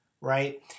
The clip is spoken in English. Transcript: right